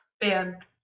band